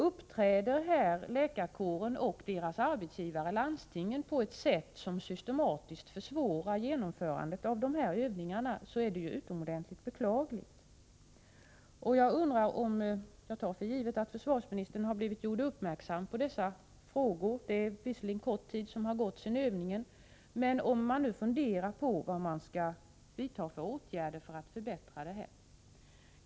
Uppträder läkarkåren och dess arbetsgivare landstingen här på ett sätt som systematiskt försvårar genomförandet av övningarna är det utomordentligt beklagligt. Jag tar för givet att försvarsministern gjort sig uppmärksam på dessa förhållanden, låt vara att det endast gått kort tid sedan övningen. Jag undrar om man nu funderar över vad man skall vidta för åtgärder för att förbättra dem.